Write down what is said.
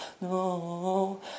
No